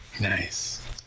Nice